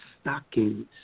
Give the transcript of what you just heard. stockings